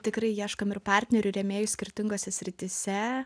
tikrai ieškom ir partnerių rėmėjų skirtingose srityse